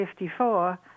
1954